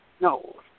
no